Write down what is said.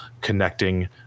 connecting